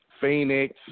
Phoenix